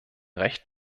recht